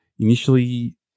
Initially